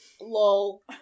Lol